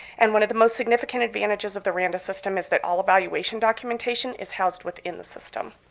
and one of the most significant advantages of the randa system is that all evaluation documentation is housed within the system.